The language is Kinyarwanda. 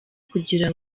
kugira